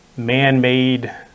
man-made